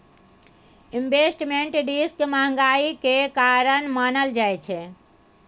investment risk महंगाई केर कारण मानल जाइ छै